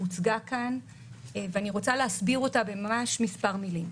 הוצגה כאן ואני רוצה להסביר אותה במספר מילים.